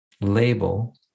label